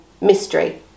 mystery